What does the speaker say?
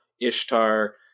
Ishtar